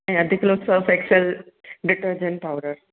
अधु kilo Surf Excel detergent powder